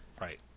right